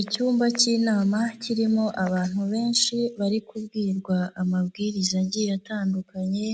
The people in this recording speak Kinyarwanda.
Icyumba k'inama kirimo abantu benshi bari kubwirwa amabwiriza agiye atandukanye,